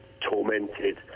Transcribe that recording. tormented